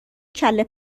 کله